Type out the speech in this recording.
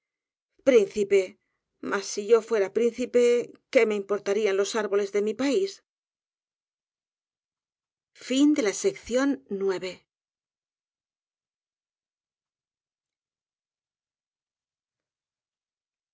mas si yo fuera príncipe qué me importa rían los árboles de mi pais